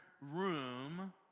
room